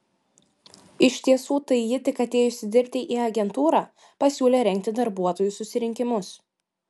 iš tiesų tai ji tik atėjusi dirbti į agentūrą pasiūlė rengti darbuotojų susirinkimus